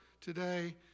today